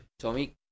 Tommy